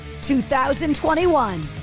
2021